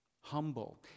humble